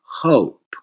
hope